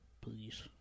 Please